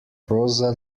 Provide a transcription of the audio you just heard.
roza